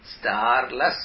starless